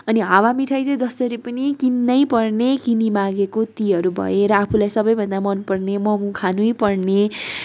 अनि हावामिठाई चाहिँ जसरी पनि किन्नैपर्ने किनिमागेको तीहरू भएर आफूलाई सबैभन्दा मनपर्ने मोमो खानैपर्ने